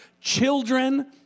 children